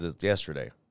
yesterday